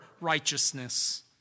righteousness